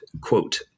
quote